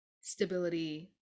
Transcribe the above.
stability